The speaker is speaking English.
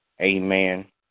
Amen